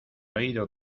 oído